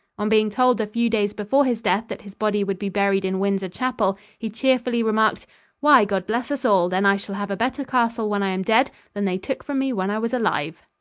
on being told a few days before his death that his body would be buried in windsor chapel, he cheerfully remarked why, god bless us all, then i shall have a better castle when i am dead than they took from me when i was alive.